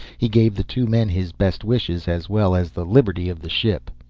he gave the two men his best wishes as well as the liberty of the ship.